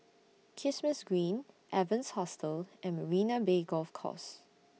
Kismis Green Evans Hostel and Marina Bay Golf Course